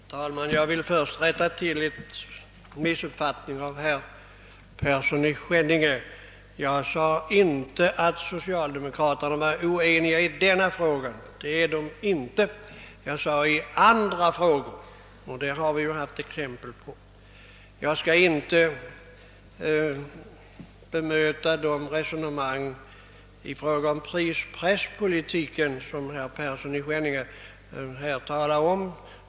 Herr talman! Jag vill först rätta till en missuppfattning som herr Persson i Skänninge råkat ut för. Jag sade inte att socialdemokraterna är oeniga i denna fråga, ty det är de inte, utan jag sade att de är oeniga i andra frågor. Att sådan oenighet föreligger har vi ju haft exempel på. Jag skall inte bemöta det resonemang om prispresspolitiken som herr Persson i Skänninge för.